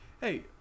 hey